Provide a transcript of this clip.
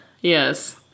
Yes